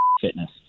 fitness